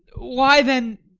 why, then,